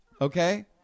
Okay